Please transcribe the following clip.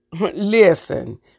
Listen